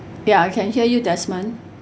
ya I can hear you desmond